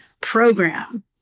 program